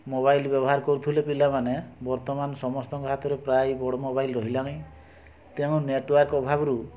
mobile ବ୍ୟବହାର କରୁଥିଲେ ପିଲାମାନେ ବର୍ତ୍ତମାନ୍ ସମସ୍ତଙ୍କର ହାତରେ ପ୍ରାୟ ବଡ଼୍ ମୋବାଇଲ୍ ରହିଲାଣି ତେଣୁ ନେଟୱାର୍କ୍ ଅଭାବରୁ